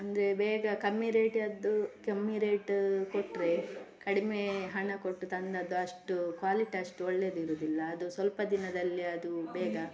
ಅಂದರೆ ಬೇಗ ಕಮ್ಮಿ ರೇಟದ್ದು ಕಮ್ಮಿ ರೇಟ್ ಕೊಟ್ಟರೆ ಕಡಿಮೆ ಹಣ ಕೊಟ್ಟು ತಂದದ್ದು ಅಷ್ಟು ಕ್ವಾಲಿಟಿ ಅಷ್ಟು ಒಳ್ಳೆದಿರೋದಿಲ್ಲ ಅದು ಸ್ವಲ್ಪ ದಿನದಲ್ಲಿ ಅದು ಬೇಗ